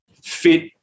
fit